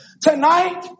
Tonight